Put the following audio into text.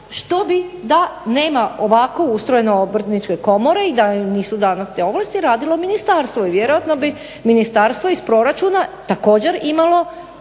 što bi da nema ovako ustrojene obrtničke komore i da joj nisu dane te ovlasti radilo i ministarstvo. I vjerojatno bi ministarstvo iz proračuna također imalo